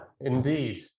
indeed